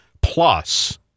Plus